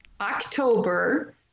october